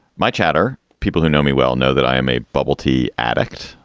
my chatter, people who know me well know that i am a bubble tea addict.